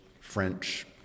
French